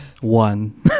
One